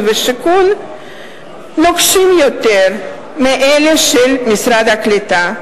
והשיכון נוקשים יותר מאלה של משרד הקליטה.